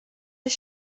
his